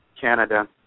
Canada